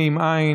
אין.